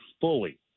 fully